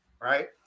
right